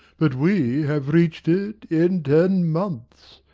but we have reached it in ten months.